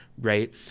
right